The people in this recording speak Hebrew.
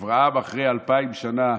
אברהם, אחרי אלפיים שנה,